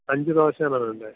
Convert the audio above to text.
അഞ്ചു ദോശയാണോ വേണ്ടത്